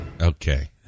Okay